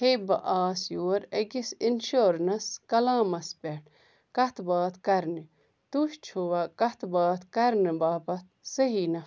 ہے بہٕ آس your Axis insurance claims پٮ۪ٹھ کتھ باتھ کَرنہِ تُہۍ چھِوا كتھ باتھ كَرنہٕ باپتھ صحیح نفر